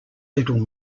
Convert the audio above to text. little